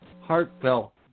heartfelt